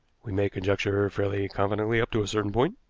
we may conjecture fairly confidently up to a certain point,